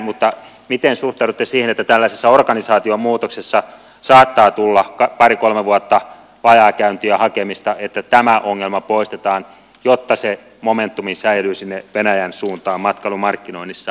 mutta miten suhtaudutte siihen että tällaisessa organisaatiomuutoksessa saattaa tulla pari kolme vuotta vajaakäyntiä hakemista että tämä ongelma poistetaan jotta se momentumi säilyy sinne venäjän suuntaan matkailumarkkinoinnissa